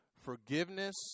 Forgiveness